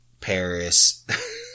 Paris